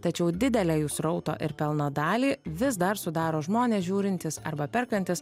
tačiau didelę jų srauto ir pelno dalį vis dar sudaro žmonės žiūrintys arba perkantys